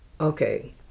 Okay